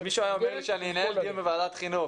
אם מישהו היה אומר לי שאני אנהל דיון בוועדת חינוך